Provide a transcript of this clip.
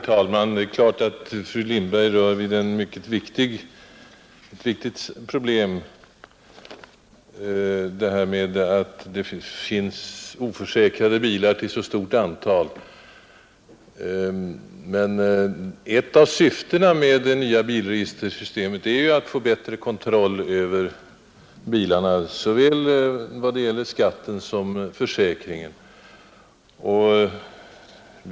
Nr 128 Herr talman! Fru Lindberg rör naturligtvis vid ett mycket viktigt Onsdagen den problem, nämligen det förhållandet att det finns oförsäkrade bilar i så 17-.november 1971 stort antal. np Men det förhåller sig ju så, att ett av syftena med det nya Rätt för makar att bilregistersystemet är att få bättre kontroll över bilarna inte bara vad anta hustruns gäller skatten utan även och just vad gäller försäkringen. släktnamn, m.m.